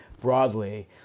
broadly